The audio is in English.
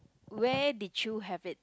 where did you have it